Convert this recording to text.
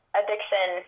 addiction